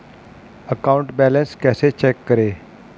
Account balance कैसे check करें?